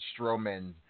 strowman